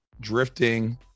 drifting